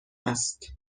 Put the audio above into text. است